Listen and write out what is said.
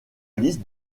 liste